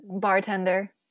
Bartender